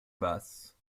basse